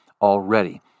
already